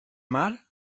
mar